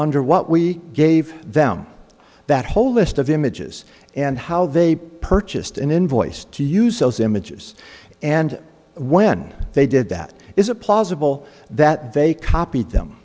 under what we gave them that whole list of images and how they purchased an invoice to use those images and when they did that is a plausible that they copied them